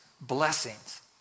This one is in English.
blessings